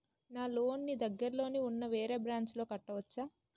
నా లోన్ నీ దగ్గర్లోని ఉన్న వేరే బ్రాంచ్ లో కట్టవచా?